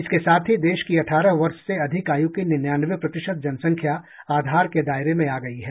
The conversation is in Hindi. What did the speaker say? इसके साथ ही देश की अठारह वर्ष से अधिक आयु की निनयानवे प्रतिशत जनसंख्या आधार के दायरे में आ गई है